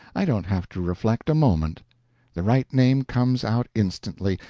i don't have to reflect a moment the right name comes out instantly,